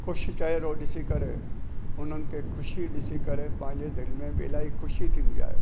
ख़ुशि चहिरो ॾिसी करे उन्हनि ते ख़ुशी ॾिसी करे पंहिंजे दिलि में बि इलाही ख़ुशी थींदी आहे